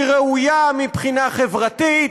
היא ראויה מבחינה חברתית,